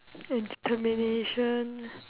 and determination